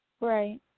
Right